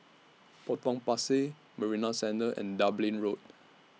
Potong Pasir Marina Centre and Dublin Road